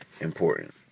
important